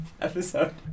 episode